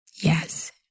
Yes